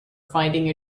finding